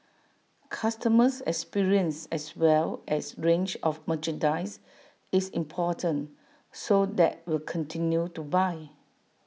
customer experience as well as range of merchandise is important so that will continue to buy